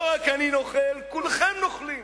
לא רק אני נוכל, כולכם נוכלים.